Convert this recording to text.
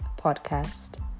podcast